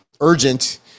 urgent